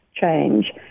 change